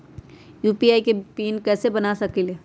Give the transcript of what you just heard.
UPI के PIN कैसे बना सकीले?